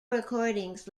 recordings